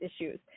issues